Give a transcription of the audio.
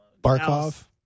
Barkov